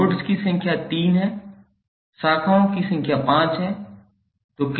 तो नोड्स की संख्या 3 हैं शाखाओं की संख्या 5 हैं